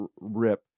rip